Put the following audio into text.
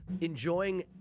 enjoying